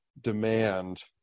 demand